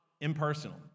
impersonal